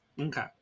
okay